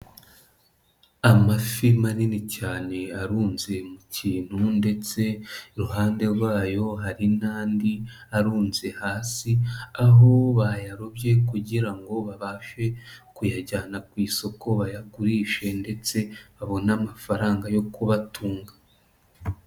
Amafi manini cyane arunze mu kintu ndetse iruhande rwayo hari n'andi arunze hasi, aho bayarobye kugira ngo babashe kuyajyana ku isoko, bayagurishe ndetse babone amafaranga yo kubatunga.